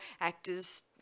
actors